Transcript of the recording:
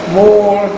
more